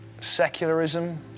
secularism